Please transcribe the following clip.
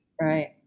Right